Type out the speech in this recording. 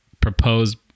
proposed